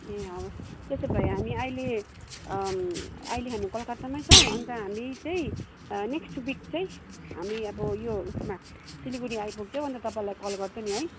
ए हवस् त्यसो भए हामी अहिले अहिले हामी कलकत्तामै छौँ अन्त हामी चाहिँ नेक्स्ट विक चाहिँ हामी अब यो उसमा सिलगढी आइपुग्छौँ अन्त तपाईँलाई कल गर्छ नि है